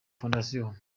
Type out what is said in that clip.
fondation